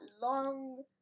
long